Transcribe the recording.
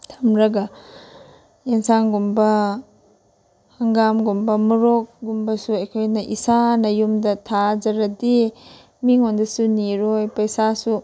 ꯊꯝꯂꯒ ꯌꯦꯟꯁꯥꯡꯒꯨꯝꯕ ꯍꯪꯒꯥꯝꯒꯨꯝꯕ ꯃꯣꯔꯣꯛꯀꯨꯝꯕꯁꯨ ꯑꯩꯈꯣꯏꯅ ꯏꯁꯥꯅ ꯌꯨꯝꯗ ꯊꯥꯖꯔꯗꯤ ꯃꯤꯉꯣꯟꯗꯁꯨ ꯅꯤꯔꯣꯏ ꯄꯩꯁꯥꯁꯨ